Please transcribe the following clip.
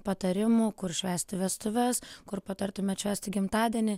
patarimų kur švęsti vestuves kur patartumėt švęsti gimtadienį